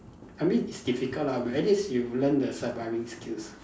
I mean it's difficult lah but at least you learn the surviving skills